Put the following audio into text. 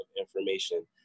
information